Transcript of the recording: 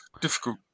difficult